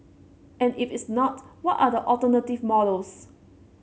and if it's not what are the alternative models